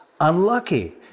unlucky